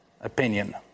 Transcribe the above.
opinion